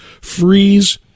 freeze